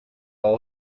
known